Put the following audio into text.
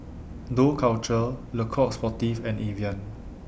Dough Culture Le Coq Sportif and Evian